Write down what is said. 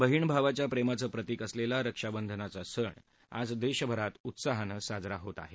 बहीण भावाच्या प्रेमाचं प्रतिक असलेला रक्षाबंधनाचा सण आज देशभरत उत्साहानं साजरा होत आहे